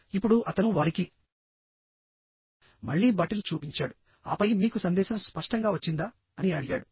ఇప్పుడు అతను వారికి మళ్లీ బాటిల్ చూపించాడు ఆపై మీకు సందేశం స్పష్టంగా వచ్చిందా అని అడిగాడు